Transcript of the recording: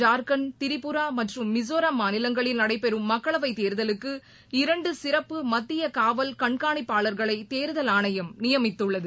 ஜார்கண்ட் திரிபுரா மற்றும் மிசோராம் மாநிலங்களில் நடைபெறும் மக்களவைதேர்தலுக்கு இரண்டுசிறப்பு மத்தியகாவல் கண்காணிப்பாளர்களைதேர்தல் ஆணையம் நியமித்துள்ளது